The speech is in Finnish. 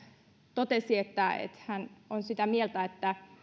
totesi että että hän on sitä mieltä että